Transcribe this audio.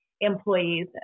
employees